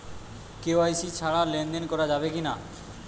KYC ছাড়া লেনদেন করা যাবে কিনা?